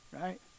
right